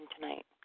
tonight